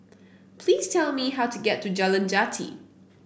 please tell me how to get to Jalan Jati